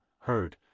heard